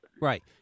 Right